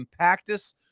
Impactus